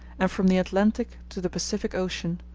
and from the atlantic to the pacific ocean,